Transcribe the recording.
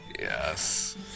Yes